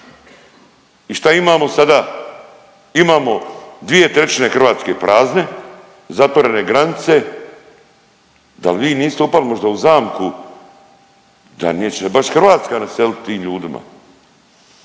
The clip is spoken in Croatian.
I šta imamo sada? Imamo 2/3 Hrvatske prazne, zatvorene granice, dal vi niste upali možda u zamku da neće se baš Hrvatska naselit tim ljudima,